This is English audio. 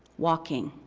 walking